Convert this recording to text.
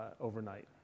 overnight